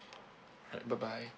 alright bye bye